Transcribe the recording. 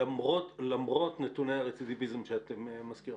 למרות נתוני הרצידביזם שאת מזכירה.